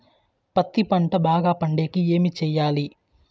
పత్తి పంట బాగా పండే కి ఏమి చెయ్యాలి?